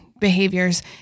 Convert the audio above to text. behaviors